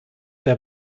der